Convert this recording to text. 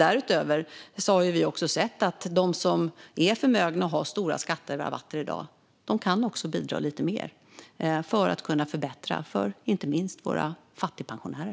Därutöver har vi också sett att de som är förmögna och har stora skatterabatter i dag kan bidra lite mer för att kunna förbättra inte minst för våra fattigpensionärer.